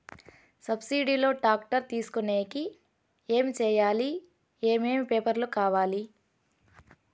Subsidy లో tractor తీసుకొనేకి ఏమి చేయాలి? ఏమేమి పేపర్లు కావాలి?